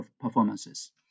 performances